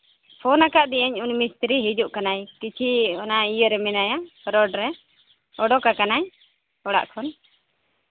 phone ᱟᱠᱟᱫᱤᱭᱟᱹᱧ ᱩᱱᱤ ᱢᱤᱥᱛᱨᱤ ᱦᱤᱡᱩᱜ ᱠᱟᱱᱟᱭ ᱠᱤᱪᱷᱤ ᱚᱱᱟ ᱤᱭᱟᱹ ᱨᱮ ᱢᱮᱱᱟᱭᱟ ᱨᱳᱰ ᱨᱮ ᱚᱰᱚᱠᱟᱠᱟᱱᱟᱭ ᱚᱲᱟᱜ ᱠᱷᱚᱱ